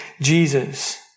Jesus